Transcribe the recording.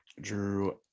Drew